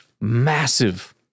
massive